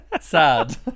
Sad